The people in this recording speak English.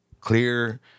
clear